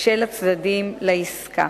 של הצדדים לעסקה.